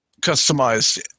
customized